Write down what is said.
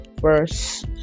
first